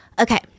Okay